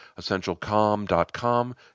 essentialcom.com